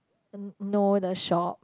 uh no the shop